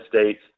States